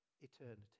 eternity